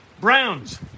Browns